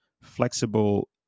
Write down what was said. flexible